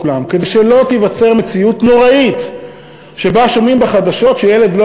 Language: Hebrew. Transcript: כדי שלא תיווצר מציאות נוראית שבה שומעים בחדשות שילד לא